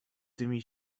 tymi